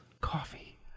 coffee